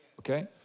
Okay